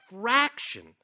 fraction